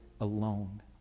alone